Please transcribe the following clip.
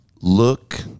Look